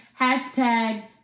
Hashtag